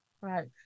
right